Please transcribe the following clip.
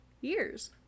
Years